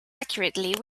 accurately